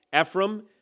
Ephraim